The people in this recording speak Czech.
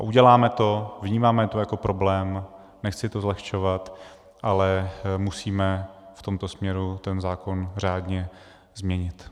Uděláme to, vnímáme to jako problém, nechci to zlehčovat, ale musíme v tomto směru zákon řádně změnit.